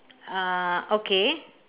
uh okay